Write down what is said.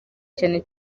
cyane